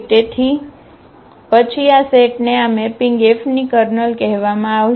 તેથી પછી આ સેટ ને આ મેપિંગ F ની કર્નલ કહેવામાં આવશે